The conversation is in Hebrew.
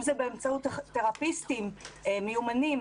אם זה באמצעות תרפיסטים מיומנים,